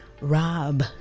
rob